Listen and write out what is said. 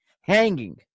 hanging